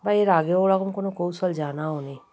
বা এর আগেও ওরকম কোনো কৌশল জানাও নেই